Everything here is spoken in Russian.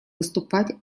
выступать